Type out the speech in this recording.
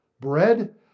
Bread